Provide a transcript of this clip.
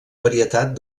varietat